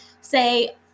say